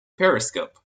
periscope